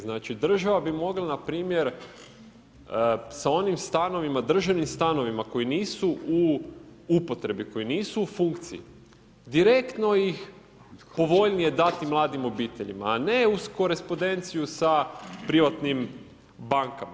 Znači, država bi mogla npr. sa onim stanovima, državnim stanovima koji nisu u upotrebi, koji nisu u funkciji direktno ih povoljnije dati mladim obiteljima a ne uz korespondenciju sa privatnim bankama.